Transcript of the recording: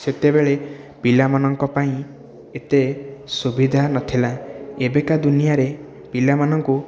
ସେତେବେଳେ ପିଲାମାନକ ପାଇଁ ଏତେ ସୁବିଧା ନଥିଲା ଏବେକା ଦୁନିଆରେ ପିଲାମାନଙ୍କୁ